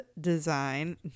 design